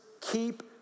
keep